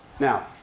now,